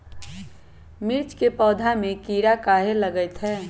मिर्च के पौधा में किरा कहे लगतहै?